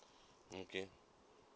okay